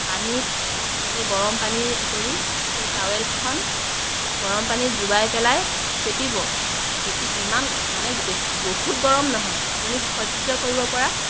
পানীত এনেকৈ গৰম পানী কৰি সেই টাৱেলখন গৰম পানীত জুবাই পেলাই চেপিব চেপি ইমান মানে বেছি বহুত গৰম নহয় আপুনি সহ্য় কৰিব পৰা